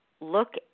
look